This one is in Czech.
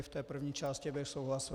V té první části bych souhlasil.